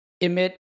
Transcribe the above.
emit